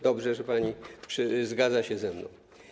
Dobrze, że pani zgadza się ze mną.